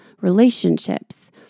relationships